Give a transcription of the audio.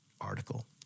article